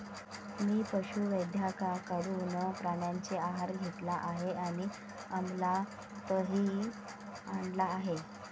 मी पशुवैद्यकाकडून प्राण्यांचा आहार घेतला आहे आणि अमलातही आणला आहे